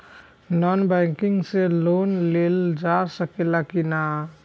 Non banking से loan लेल जा ले कि ना?